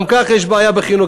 גם ככה יש בעיה בחינוך,